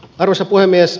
arvoisa puhemies